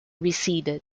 receded